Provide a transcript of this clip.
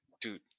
dude